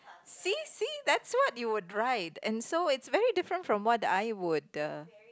see see that's what you would write and so it's very different from what I would